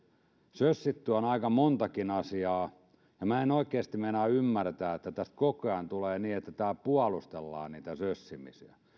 sössitty on aika montakin asiaa minä en oikeasti meinaa ymmärtää että tässä koko ajan tulee niin että täällä puolustellaan niitä sössimisiä